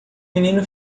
menino